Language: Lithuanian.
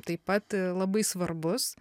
taip pat labai svarbus